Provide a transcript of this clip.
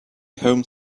home